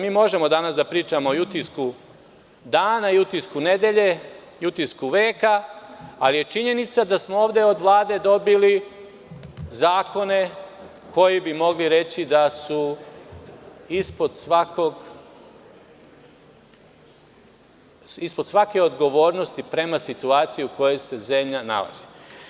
Mi možemo da pričamo o utisku dana, o utisku nedelje i utisku veka, ali je činjenica da smo ovde od Vlade dobili zakone koji bi mogli reći da su ispod svake odgovornosti prema situaciji u kojoj se zemlja nalazi.